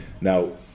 now